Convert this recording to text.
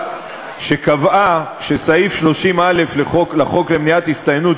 שקבעה שסעיף 30א לחוק למניעת הסתננות,